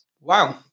Wow